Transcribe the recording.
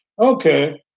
Okay